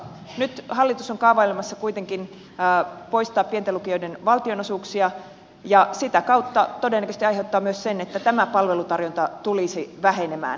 nyt hallitus on kaavailemassa kuitenkin pienten lukioiden valtionosuuksien poistoa ja sitä kautta todennäköisesti aiheuttaa myös sen että tämä palvelutarjonta tulisi vähenemään